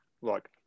look